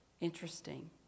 interesting